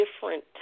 different